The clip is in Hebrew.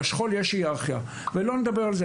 בשכול יש היררכיה, ולא נדבר על זה.